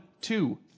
two